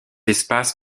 espace